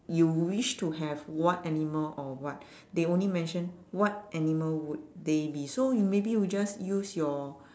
you wish to have what animal or what they only mention what animal would they be so you maybe we just use your